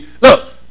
look